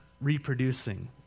reproducing